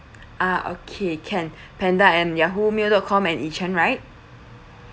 ah okay can panda at Yahoo mail dot com and yi chen right